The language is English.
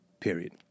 Period